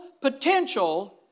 potential